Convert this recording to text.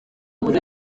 buri